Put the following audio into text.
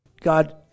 God